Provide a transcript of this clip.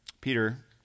Peter